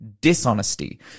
dishonesty